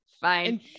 fine